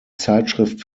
zeitschrift